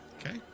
Okay